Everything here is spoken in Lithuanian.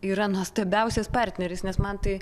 yra nuostabiausias partneris nes man tai